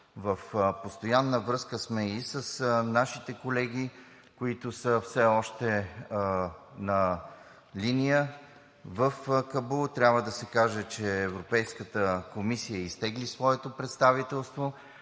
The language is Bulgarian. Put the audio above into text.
в постоянна връзка сме и с нашите колеги, които са все още на линия в Кабул. Трябва да се каже, че Европейската комисия изтегли своето представителство,